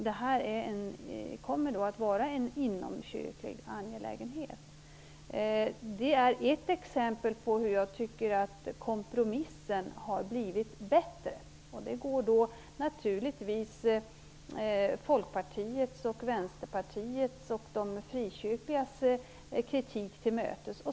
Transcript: Det kommer att vara en inomkyrklig angelägenhet. Det är ett exempel på hur jag tycker att kompromissen har blivit bättre. Den går naturligtvis Folkpartiets, Vänsterpartiets och de frikyrkligas kritik till mötes.